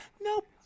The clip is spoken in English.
nope